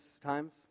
times